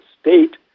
state